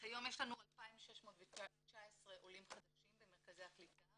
כיום יש לנו 2,619 עולים חדשים במרכזי הקליטה